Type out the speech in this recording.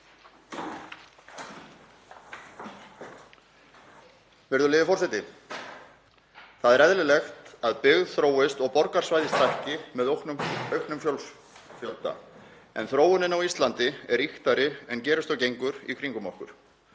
Virðulegi forseti. Það er eðlilegt að byggð þróist og borgarsvæðið stækki með auknum fólksfjölda. En þróunin á Íslandi er ýktari en gerist og gengur í kringum okkur.